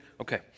Okay